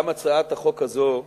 גם הצעת החוק הזאת,